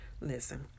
listen